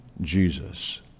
Jesus